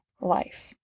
life